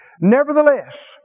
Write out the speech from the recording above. nevertheless